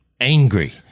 angry